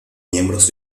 miembros